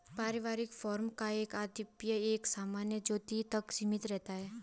पारिवारिक फार्म का आधिपत्य एक सामान्य ज्योति तक सीमित रहता है